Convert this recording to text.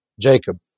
Jacob